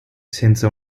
senza